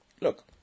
Look